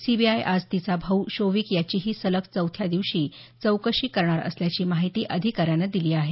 CBI आज तिचा भाऊ शोविक याचीही सलग चौथ्या दिवशी चौकशी करणार असल्याची माहिती अधिकाऱ्यांनी दिली आहे